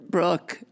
Brooke